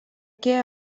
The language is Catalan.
què